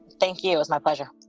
thank you. it was my pleasure.